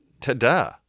ta-da